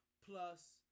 plus